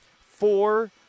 four